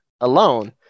alone